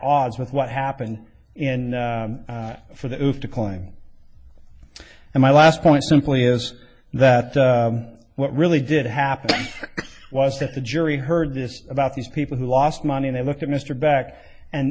odds with what happened in for the declining and my last point simply is that what really did happen was that the jury heard this about these people who lost money they looked at mr back and